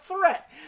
threat